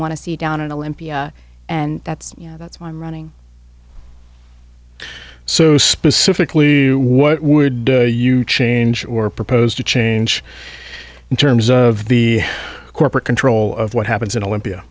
want to see down and olympia and that's you know that's why i'm running so specifically what would you change or proposed to change in terms of the corporate control of what happens in olympia